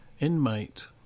Inmate